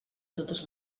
totes